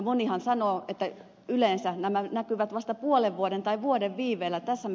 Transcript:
monihan sanoo että yleensä nämä näkyvät vasta puolen vuoden tai vuoden viipeellä